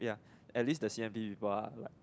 ya at least the C_N_B people are like